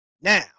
Now